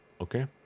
Okay